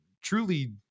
truly